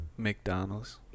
McDonald's